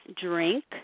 drink